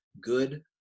good